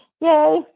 Yay